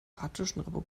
demokratischen